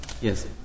Yes